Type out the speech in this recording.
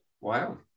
Wow